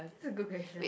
it's a good question